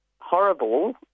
horrible